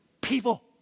people